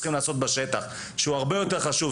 צריכים לעשות בשטח שהוא הרבה יותר חשוב.